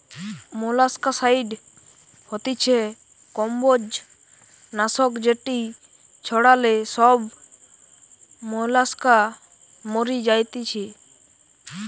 molluscicide হতিছে কম্বোজ নাশক যেটি ছড়ালে সব মোলাস্কা মরি যাতিছে